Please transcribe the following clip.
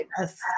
Yes